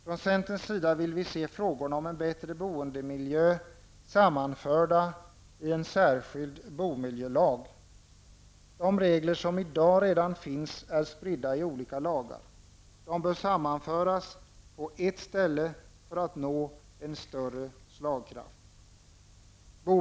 Från centerns sida vill vi se frågorna om en bättre boendemiljö sammanförda i en särskild bomiljölag. De regler som i dag redan finns är spridda i olika lagar. De bör sammanföras på ett ställe för att större slagkraft skall uppnås.